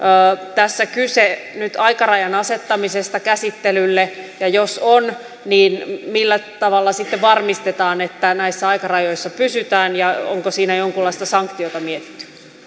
tässä kyse nyt aikarajan asettamisesta käsittelylle ja jos on niin millä tavalla sitten varmistetaan että näissä aikarajoissa pysytään ja onko siinä jonkunlaista sanktiota mietitty